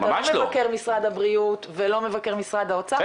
אתה לא מבקר משרד הבריאות ולא מבקר משרד האוצר מהמקום שלך.